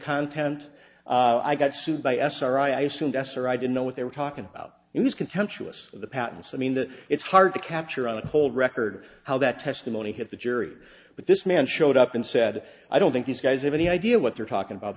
content i got sued by sri i assumed s or i didn't know what they were talking about he was contemptuous of the patents i mean that it's hard to capture on a whole record how that testimony hit the jury but this man showed up and said i don't think these guys have any idea what they're talking about